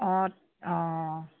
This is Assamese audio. অঁ অঁ